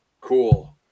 Cool